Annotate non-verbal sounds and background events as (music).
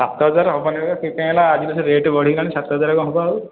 ସାତ ହଜାର ହେବନି (unintelligible) ହେଲା ଆଜି (unintelligible) ରେଟ୍ ବଢ଼ିଲାଣି ସାତ ହଜାର କ'ଣ ହେବ ଆଉ